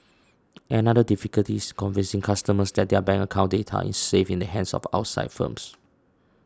another difficulty is convincing customers that their bank account data is safe in the hands of outside firms